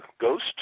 Ghost